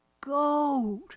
gold